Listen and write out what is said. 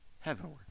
heavenward